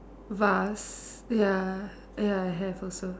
vase ya ya I have also